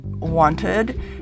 wanted